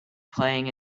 playing